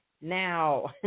now